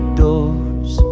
doors